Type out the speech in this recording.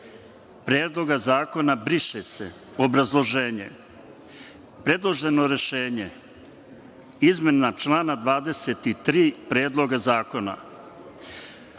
Predloga zakona „briše se“. Obrazloženje, predloženo rešenje izmena člana 23. Predloga zakona.